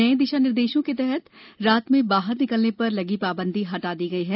नए दिशा निर्देशों के तहत रात में बाहर निकलने पर लगी पाबंदी हटा दी गई है